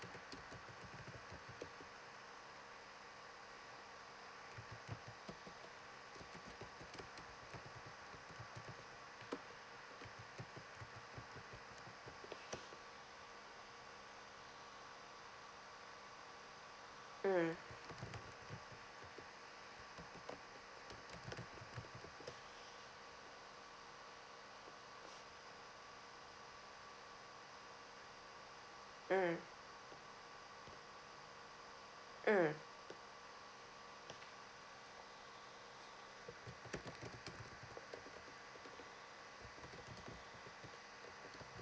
mm mm mm